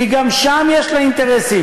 כי גם שם יש לה אינטרסים.